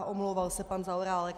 Omlouval se pan Zaorálek.